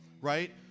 right